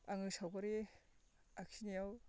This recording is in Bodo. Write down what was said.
आङो सावगारि आखिनायाव